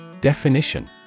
Definition